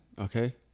Okay